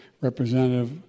Representative